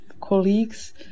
colleagues